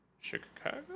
Chicago